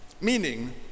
Meaning